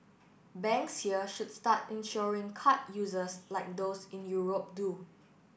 banks here should start insuring card users like those in Europe do